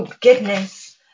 goodness